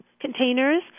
containers